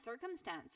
circumstance